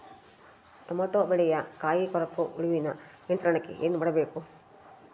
Tomato ಬೆಳೆಯ ಕಾಯಿ ಕೊರಕ ಹುಳುವಿನ ನಿಯಂತ್ರಣಕ್ಕೆ ಏನು ಮಾಡಬೇಕು?